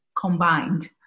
combined